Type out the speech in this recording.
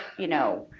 you know,